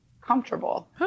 comfortable